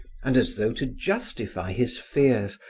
and as though to justify his fears,